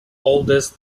oldest